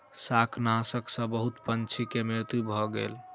शाकनाशक सॅ बहुत पंछी के मृत्यु भ गेल